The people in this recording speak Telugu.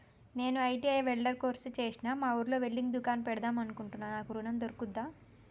నేను ఐ.టి.ఐ వెల్డర్ కోర్సు చేశ్న మా ఊర్లో వెల్డింగ్ దుకాన్ పెడదాం అనుకుంటున్నా నాకు ఋణం దొర్కుతదా?